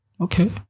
okay